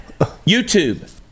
youtube